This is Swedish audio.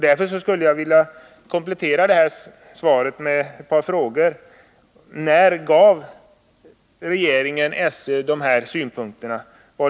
Därför skulle jag vilja komplettera statsrådets svar genom att ställa ett par frågor: När framförde regeringen dessa synpunkter till SÖ?